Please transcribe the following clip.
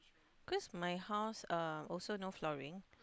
cause my house uh also no flooring